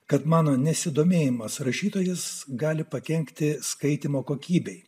kad mano nesidomėjimas rašytojas gali pakenkti skaitymo kokybei